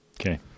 Okay